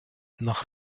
nach